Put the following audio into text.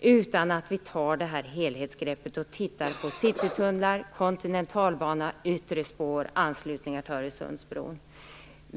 utan att ta ett helhetsgrepp och titta på Citytunneln, Kontinentalbanan, yttre spår och anslutningar till Öresundsbron?